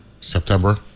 September